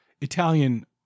Italian